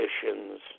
conditions